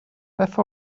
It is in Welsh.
beth